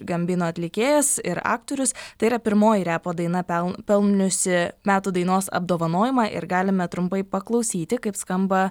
gambino atlikėjas ir aktorius tai yra pirmoji repo daina peln pelniusi metų dainos apdovanojimą ir galime trumpai paklausyti kaip skamba